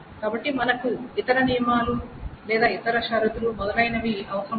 కాబట్టి మనకు ఇతర నియమాలు లేదా ఇతర షరతులు మొదలైనవి అవసరం లేదు